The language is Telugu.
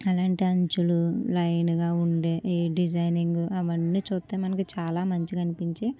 అలాంటి అంచులు లైన్గా ఉండే ఈ డిజైనింగ్ అవన్నీ చూస్తే మనకు చాలా మంచిగా అనిపించి